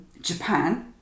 japan